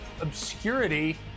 obscurity